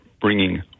bringing